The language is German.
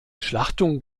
schlachtung